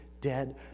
dead